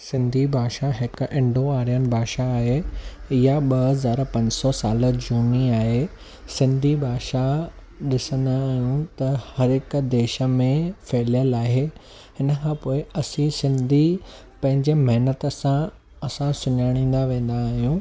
सिन्धी भाषा हिकु Indo Aryan भाषा आहे इहा ॿ हज़ार पंज सौ साल जूनी आहे सिंधी भाषा ॾिसंदा आहियूं त हर हिक देश में फहिलियल आहे हिन खां पोइ असीं सिन्धी पंहिंजे मेहनत सां असां सुञाणींदा वेंदा आहियूं